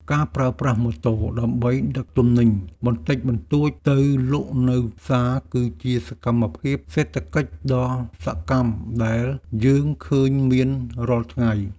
ការប្រើប្រាស់ម៉ូតូដើម្បីដឹកទំនិញបន្តិចបន្តួចទៅលក់នៅផ្សារគឺជាសកម្មភាពសេដ្ឋកិច្ចដ៏សកម្មដែលយើងឃើញមានរាល់ថ្ងៃ។